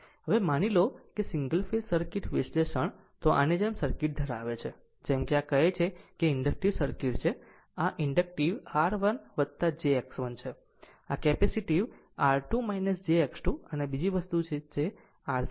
હવે માની લો કે સિંગલ ફેઝ સર્કિટ વિશ્લેષણ તો આની જેમ સર્કિટ ધરાવે છે જેમ કે આ કહે છે કે તે આ ઇન્ડકટીવ સર્કિટ છે આ ભાગ ઇન્ડકટીવ R1 jX1 છે આ કેપેસિટીવR2 jX2 અને બીજી વસ્તુ તે R3 છે